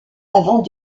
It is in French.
avant